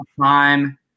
time